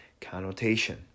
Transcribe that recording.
connotation